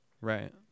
Right